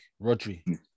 Rodri